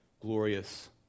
glorious